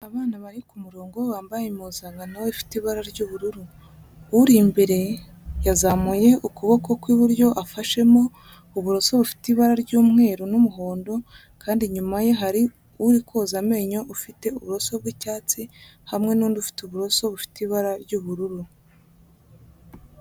Abana bari ku murongo, bambaye impuzankano ifite ibara ry'ubururu, uri imbere yazamuye ukuboko kw'iburyo, afashemo uburoso bufite ibara ry'umweru n'umuhondo kandi inyuma ye hari uri koza amenyo ufite uburoso bw'icyatsi, hamwe n'undi ufite uburoso, bufite ibara ry'ubururu.